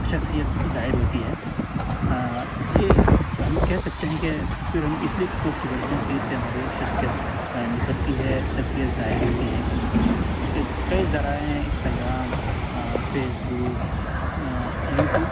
شخصیت ظاہر ہوتی ہے یہ ہم کہہ سکتے ہیں کہ تصویر ہم اس لیے پوسٹ کرتے ہیں کہ اس سے ہماری شخصیت نکھرتی ہے شخصیت ظاہر ہوتی ہے اس کے کئی ذرائع ہیں انسٹاگرام فیسبک یوٹیوٹ